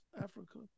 Africa